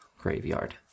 graveyard